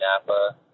Napa